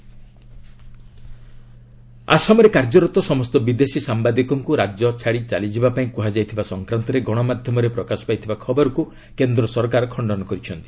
home ministry Assam ଆସାମରେ କାର୍ଯ୍ୟରତ ସମସ୍ତ ବିଦେଶୀ ସାମ୍ବାଦିକଙ୍କୁ ରାଜ୍ୟ ଛାଡ଼ି ଚାଲିଯିବା ପାଇଁ କୁହାଯାଇଥିବା ସଂକ୍ରାନ୍ତରେ ଗଣମାଧ୍ୟମରେ ପ୍ରକାଶ ପାଇଥିବା ଖବରକୁ କେନ୍ଦ୍ର ସରକାର ଖଣ୍ଡନ କରିଛନ୍ତି